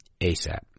asap